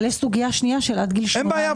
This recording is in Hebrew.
אבל יש סוגיה שנייה של עד גיל 18. אין בעיה,